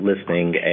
listening